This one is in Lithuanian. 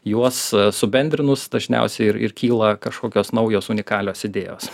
juos subendrinus dažniausiai ir ir kyla kažkokios naujos unikalios idėjos